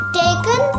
taken